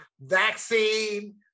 Vaccine